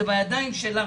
זה בידיים שלך,